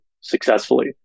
successfully